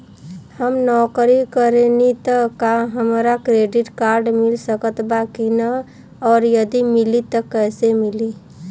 हम नौकरी करेनी त का हमरा क्रेडिट कार्ड मिल सकत बा की न और यदि मिली त कैसे मिली?